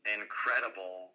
incredible